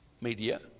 media